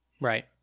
Right